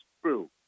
true